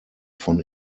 von